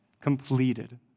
completed